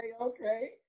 okay